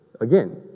Again